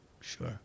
Sure